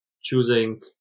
choosing